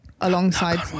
alongside